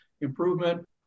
improvement